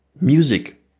music